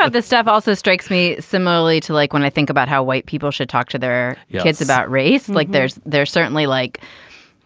ah this stuff also strikes me similarly to like when i think about how white people should talk to their yeah kids about race like there's they're certainly like